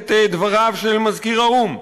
את דבריו של מזכיר האו"ם,